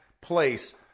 place